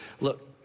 look